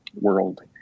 world